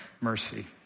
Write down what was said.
Mercy